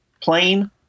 plane